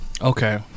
Okay